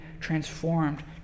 transformed